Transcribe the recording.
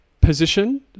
position